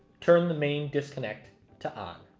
turn the main disconnect to on.